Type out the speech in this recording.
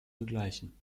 begleichen